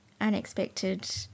unexpected